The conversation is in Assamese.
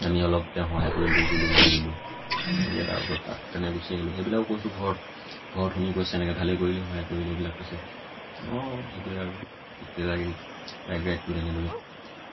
আমি অলপ তেওঁক সহায় কৰি দিলো তুলি মেলি দিলো এনেকৈ তাৰপিছত তেনেকৈ গুচি আহিলো সেইবিলাকো কৈছোঁ ঘৰত ঘৰত শুনি কৈছে এনেকৈ ভালে কৰিলি সহায় কৰিলি এইবিলাক কৈছে অঁ সেইটোৱে আৰু তেতিয়া লাগিল বাইক ৰাইডটো তেনেদৰে